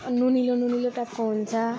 नुनिलो नुनिलो टाइपको हुन्छ